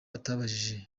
atabashije